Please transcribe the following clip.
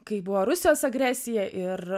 kai buvo rusijos agresija ir